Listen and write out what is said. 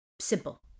Simple